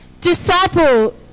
Disciple